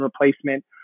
replacement